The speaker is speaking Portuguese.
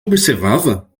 observava